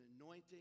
anointing